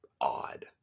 odd